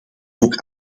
ook